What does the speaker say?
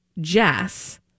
Jess